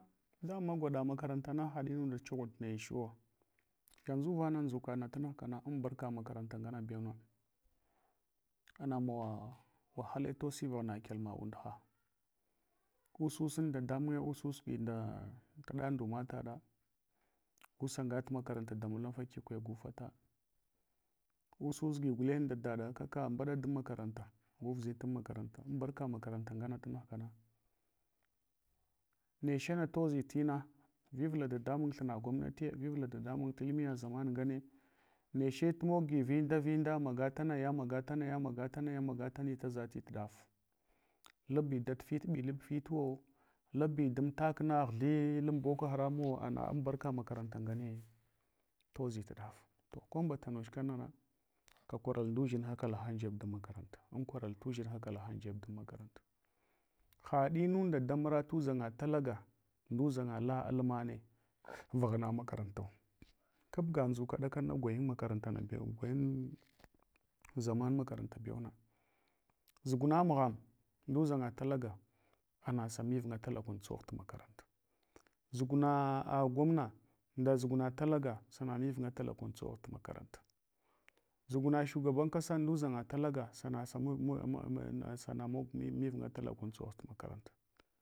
Dama unda makarantana haɗimunda chughuɗ nechuwa, yanʒu vana nʒukaɗ na tanugh kana an baraka makaranta ngana bewna, anama wahale tosi vaghna kyalma undha-ususin dadamunye usgi nda taɗa nduma taɗa gusangat makaranta damalan fakikwe gu fata, ususgi gulen nda daɗa kaka mbaɗa dan, makaranta guvuʒitan makaranta, nechana tofi tina, vivula dadamun thina gwamnati vivula dadamun umiya zaman ngane, neche tumogi vinda vinda magatanaya magatanaya magatanaya, magatani taʒatu tudaf. Labi dal ft ɓilab hluwu. Labi damtale na ghithub lan bokoharamuwo ana an banda makaranta ngane toʒi tuɗaf. To ko mbata nuch kanana ka kwaral nduʒinha kala hang jeb dan makaranta, ankwaral tuʒinha kala hang jeb dan makaranta. Haɗimunda damura tiʒanga talaga nduʒanga la almane vaghn makaranta bewo gwayan zaman makaranta bewna, zugma amgham, uʒanga talaga ana sa mivinga tala kun tsuhur ematananta zuqna gwamna nda ʒuqna talaga sana muvinga talakum tsagir tmakaranta. Zuqna shugaban kasa nduʒanga talaga sana sa mog mivinga talakun tsogh tmakaranta.